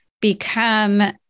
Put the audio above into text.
become